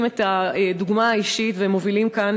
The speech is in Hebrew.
נותנים את הדוגמה האישית ומובילים מכאן,